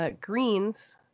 Greens